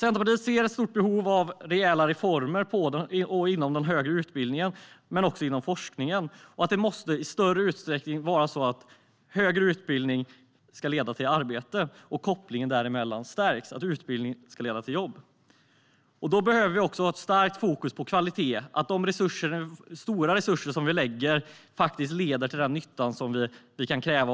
Centerpartiet ser ett stort behov av rejäla reformer inom den högre utbildningen men också inom forskningen. Det måste i större utsträckning vara så att högre utbildning ska leda till arbete och att kopplingen däremellan stärks. Utbildning ska leda till jobb. Då behöver vi ha ett starkt fokus på kvalitet. Det handlar om att de stora resurser som vi lägger på detta faktiskt ska leda till den nytta som vi kan kräva.